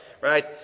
Right